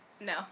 no